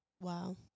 Wow